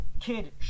kid